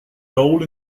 goal